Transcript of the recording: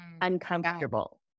uncomfortable